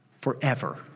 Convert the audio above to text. forever